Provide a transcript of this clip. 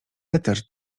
eter